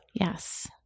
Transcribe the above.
Yes